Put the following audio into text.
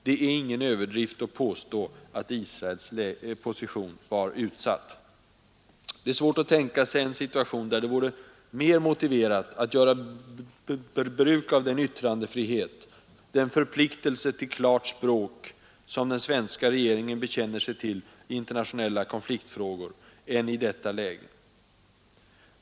Det är ingen överdrift att säga, att Israels position var utsatt. Det är svårt att tänka sig en situation där det vore mer motiverat att göra bruk av den yttrandefrihet, den förpliktelse till klart språk som den svenska regeringen bekänner sig till i internationella konfliktfrågor, än i detta läge.